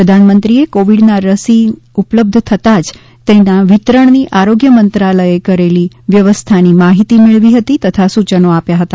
પ્રધાનમંત્રીએ કોવીડના રસી ઉપલબ્ધ થતા જ તેના વિતરણની આરોગ્ય મંત્રાલયે કરેલી વ્યવસ્થાની માહિતી મેળવી હતી તથા સૂચનો આપ્યા હતા